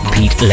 Pete